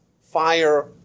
fire